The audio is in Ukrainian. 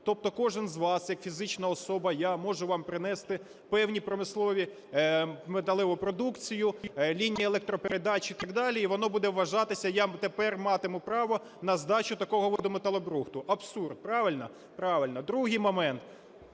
Тобто кожен з вас як фізична особа, я можу вам принести певні промислові… металеву продукцію, лінії електропередач і так далі, і воно буде вважатися, я тепер матиму право на здачу такого виду металобрухту. Абсурд, правильно? Правильно. Другий момент.